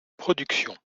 production